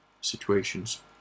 situations